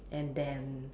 and then